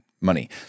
money